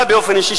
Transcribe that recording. אתה באופן אישי,